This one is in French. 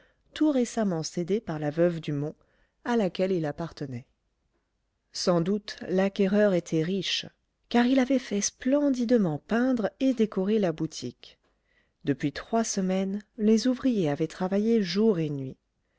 tout récemment cédé par la veuve dumont à laquelle il appartenait sans doute l'acquéreur était riche car il avait fait splendidement peindre et décorer la boutique depuis trois semaines les ouvriers avaient travaillé jour et nuit